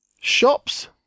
Shops